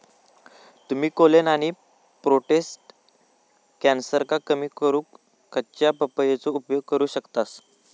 तुम्ही कोलेन आणि प्रोटेस्ट कॅन्सरका कमी करूक कच्च्या पपयेचो उपयोग करू शकतास